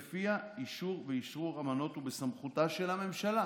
שלפיה אישור ואשרור אמנות הוא בסמכותה של הממשלה.